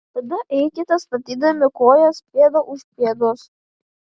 tada eikite statydami kojas pėda už pėdos